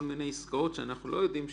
מיני עסקאות שאנחנו לא יודעים עליהן,